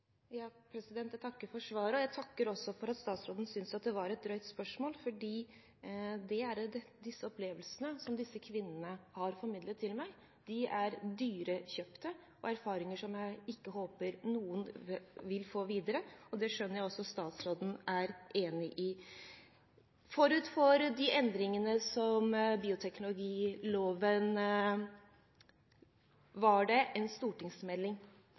Jeg takker for svaret. Jeg takker også for at statsråden syntes det var et drøyt spørsmål, fordi disse opplevelsene som disse kvinnene har formidlet til meg, er dyrekjøpte erfaringer som jeg håper ingen vil få videre, og det skjønner jeg at også statsråden er enig i. Forut for endringene i bioteknologiloven var det en stortingsmelding